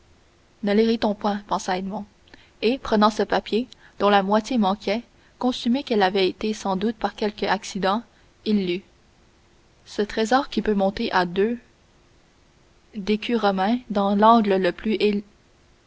ne l'irritons point pensa edmond et prenant ce papier dont la moitié manquait consumée qu'elle avait été sans doute par quelque accident il lut ce trésor qui peut monter à deux d'écus romains dans l'angle le plus